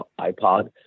iPod